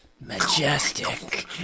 majestic